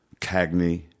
Cagney